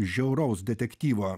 žiauraus detektyvo